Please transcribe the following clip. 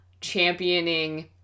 championing